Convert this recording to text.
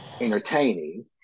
entertaining